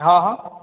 हॅं हॅं